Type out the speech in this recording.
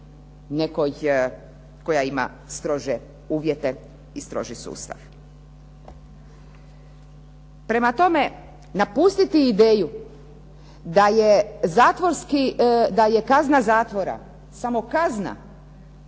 nekoj koja ima strože uvjete i stroži sustav. Prema tome, napustiti ideju da je zatvorski, da je kazna